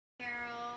Carol